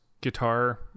guitar